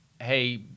hey